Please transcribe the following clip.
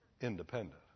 independent